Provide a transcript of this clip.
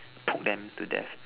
poke them to death